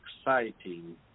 exciting